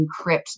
encrypt